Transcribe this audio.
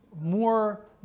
more